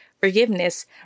forgiveness